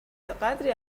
بهقدری